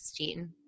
16